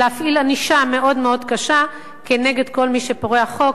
להפעיל ענישה מאוד-מאוד קשה כנגד כל מי שפורע חוק,